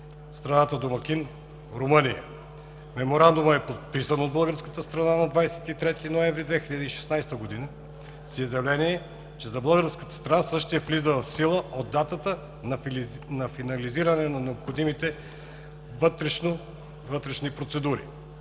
страната домакин – Румъния. Меморандумът е подписан от българската страна на 23 ноември 2016 г. с изявление, че за българската страна същият влиза в сила от датата на финализиране на необходимите вътрешни процедури.